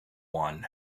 won